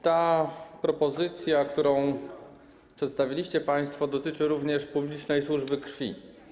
Ta propozycja, którą przedstawiliście państwo, dotyczy również publicznej służby krwi.